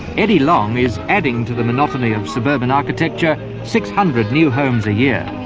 eddie long is adding to the monotony of suburban architecture, six hundred new homes a year.